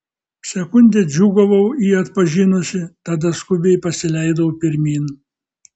sekundę džiūgavau jį atpažinusi tada skubiai pasileidau pirmyn